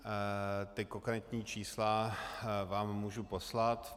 Ta konkrétní čísla vám můžu poslat.